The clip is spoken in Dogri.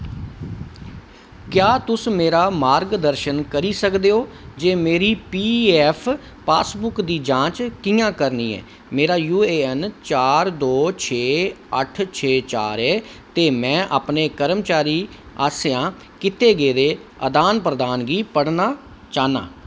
क्या तुस मेरा मार्गदर्शन करी सकदे ओ जे मेरी पीऐफ्फ पासबुक दी जांच कि'यां करनी ऐ मेरा यूएएन चार दो छे अट्ठ छे चार ऐ ते में अपने कर्मचारी आसेआ कीत्ते गेदे अदान प्रदान गी पढ़ना चाह्न्नां